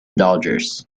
dodgers